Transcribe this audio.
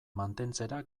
mantentzera